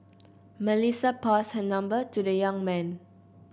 Melissa passed her number to the young man